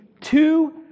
two